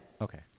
Okay